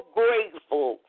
grateful